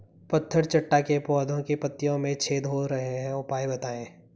पत्थर चट्टा के पौधें की पत्तियों में छेद हो रहे हैं उपाय बताएं?